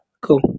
Cool